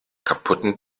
kaputten